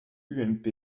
ump